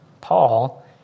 Paul